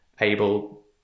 able